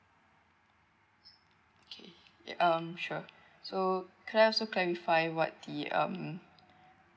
okay yup um sure so can I also clarify what the um